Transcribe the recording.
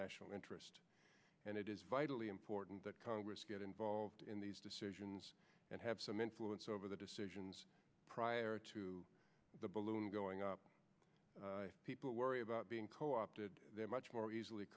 national interest and it is vitally important that congress get involved in these decisions and have some influence over the decisions prior to the balloon going up people worry about being co opted much more easily